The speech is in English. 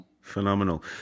Phenomenal